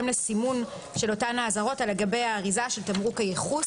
לסימון של אותן האזהרות על גבי האריזה של תמרוק הייחוס,